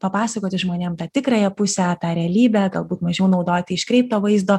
papasakoti žmonėm tą tikrąją pusę tą realybę galbūt mažiau naudoti iškreipto vaizdo